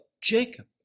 Jacob